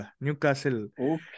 Newcastle